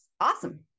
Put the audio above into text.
awesome